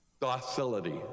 docility